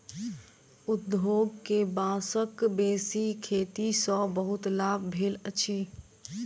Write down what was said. उद्योग के बांसक बेसी खेती सॅ बहुत लाभ भेल अछि